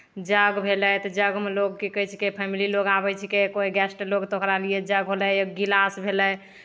जग भेलै तऽ जगमे लोग की कहै छिकै फैमिली लोग आबै छिकै कोइ गेस्ट लोग तऽ ओकरा लिए जग होलै एक गिलास भेलै